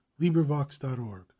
LibriVox.org